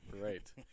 right